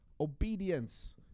obedience